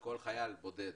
שלכל חייל בודד